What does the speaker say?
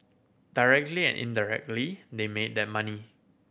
directly and indirectly they made that money